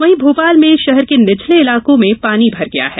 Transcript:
वहीं भोपाल में शहर के निचले इलाकों में पानी भर गया है